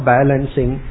Balancing